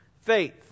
faith